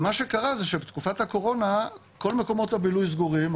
ומה שקרה זה שבתקופה הקורונה כל מקומות הבילוי סגורים,